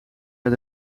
met